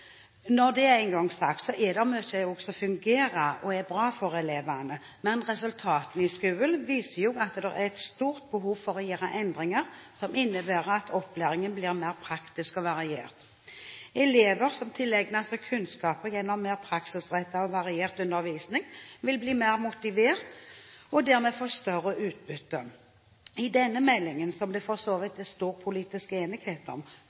Når det er sagt, er det også mye som fungerer og er bra for elevene. Men resultatene i skolen viser at det er et stort behov for å gjøre endringer som innebærer at opplæringen blir mer praktisk og variert. Elever som tilegner seg kunnskaper gjennom mer praksisrettet og variert undervisning, vil bli mer motiverte og dermed få større utbytte. I denne meldingen, som det for så vidt er stor politisk enighet om,